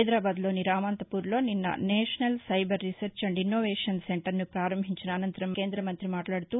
హైదరాబాద్లోని రామంతపూర్లోనిన్న national cyber research and innovation సెంటర్ను ప్రారంభించిన అనంతరం కేంద్ర మంతి మాట్లాడుతూ